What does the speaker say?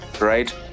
right